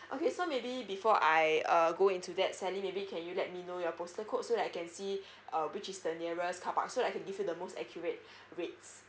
okay so maybe before I uh go into that sally maybe can you let me know your postal code so that I can see uh which is the nearest carpark so I can give you the most accurate rates